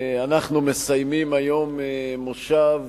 אנחנו מסיימים היום מושב